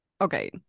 Okay